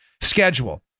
schedule